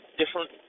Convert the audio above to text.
different